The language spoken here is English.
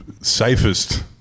safest